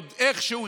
עוד איכשהו,